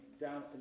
down